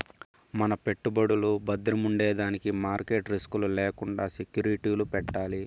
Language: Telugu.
మన పెట్టుబడులు బద్రముండేదానికి మార్కెట్ రిస్క్ లు లేకండా సెక్యూరిటీలు పెట్టాలి